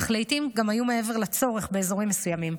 אך לעיתים גם היו מעבר לצורך באזורים מסוימים.